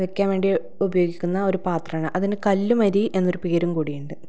വെക്കാൻ വേണ്ടി ഉപയോഗിക്കുന്ന ഒരു പാത്രമാണ് അതിന് കല്ല്മരി എന്നൊരു പേരും കൂടി ഉണ്ട്